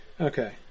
Okay